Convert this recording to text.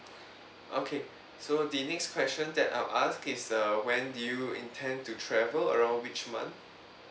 okay so the next question that I'll ask is err when do you intend to travel around which month